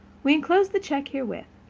we enclose the check herewith.